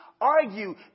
argue